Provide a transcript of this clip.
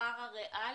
מהשכר הריאלי?